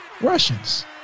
Russians